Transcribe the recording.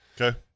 Okay